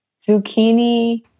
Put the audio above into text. zucchini